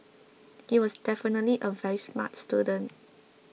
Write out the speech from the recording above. he was definitely a very smart student